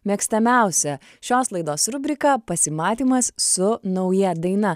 mėgstamiausia šios laidos rubrika pasimatymas su nauja daina